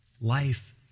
Life